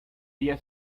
día